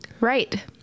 Right